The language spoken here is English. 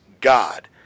God